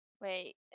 Wait